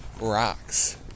rocks